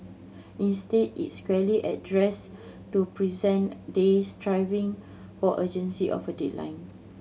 instead it's squarely addressed to present day striving for urgency of a headline